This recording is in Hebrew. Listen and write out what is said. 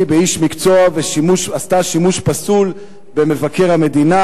באיש מקצוע ועשתה שימוש פסול במבקר המדינה.